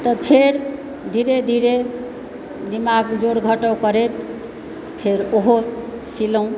तऽ फेर धीरे धीरे दिमाग जोड़ घटाव करैत फेर ओहो सिलहुँ